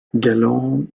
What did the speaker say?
galant